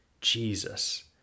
Jesus